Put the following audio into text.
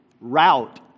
route